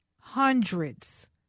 hundreds